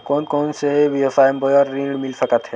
कोन कोन से व्यवसाय बर ऋण मिल सकथे?